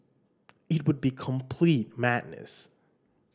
it would be complete madness